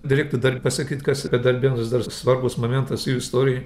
dar reiktų dar pasakyt kas darbėnus dar svarbus momentas jų istorijoj